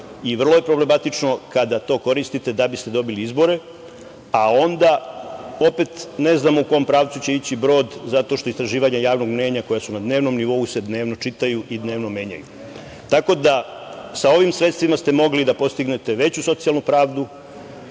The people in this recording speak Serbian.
i vrlo je problematično kada to koristite da biste dobili izbore, a onda opet ne znam u kom pravcu će ići brod zato što istraživanja javnog mnjenja koja su na dnevnom nivou se dnevno čitaju i dnevno menjaju. Tako da, sa ovim sredstvima ste mogli da postignete veću socijalno pravdu.